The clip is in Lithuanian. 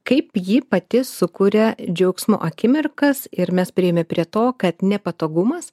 kaip ji pati sukuria džiaugsmo akimirkas ir mes priėjome prie to kad nepatogumas